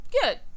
Good